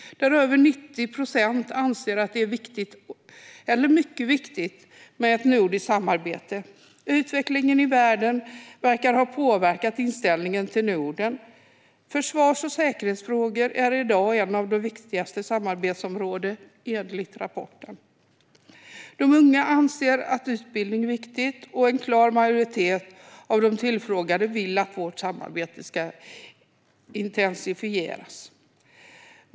Där anser över 90 procent att det är viktigt eller mycket viktigt med ett nordiskt samarbete. Utvecklingen i världen verkar ha påverkat inställningen till Norden. Försvars och säkerhetsfrågor är i dag ett av de viktigaste samarbetsområdena enligt rapporten. De unga anser att utbildning är viktigt. En klar majoritet av de tillfrågade vill att vårt samarbete ska intensifieras.